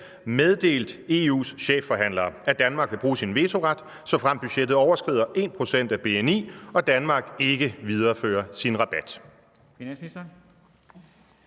meddelt EU's chefforhandlere, at Danmark vil bruge sin vetoret, såfremt budgettet overskrider 1 pct. af bni og Danmark ikke viderefører sin rabat?